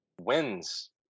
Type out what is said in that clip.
wins